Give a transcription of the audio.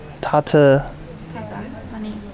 Tata